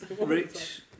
Rich